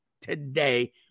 today